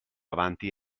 avanti